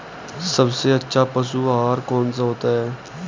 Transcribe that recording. सबसे अच्छा पशु आहार कौन सा होता है?